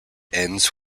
ends